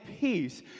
peace